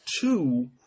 two